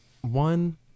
one